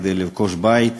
כדי לרכוש בית,